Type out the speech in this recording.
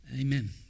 Amen